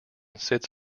sits